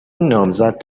نامزد